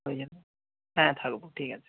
হয়ে যাবে হ্যাঁ থাকব ঠিক আছে